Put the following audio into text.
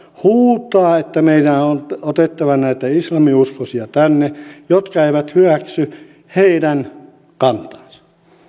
huutaa että meidän on otettava tänne näitä islaminuskoisia jotka eivät hyväksy heidän kantaansa